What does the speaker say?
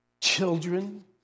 children